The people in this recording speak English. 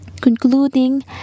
concluding